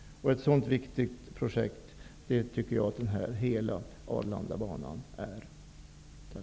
Jag tycker att den hela Arlandabanan är ett sådant viktigt projekt.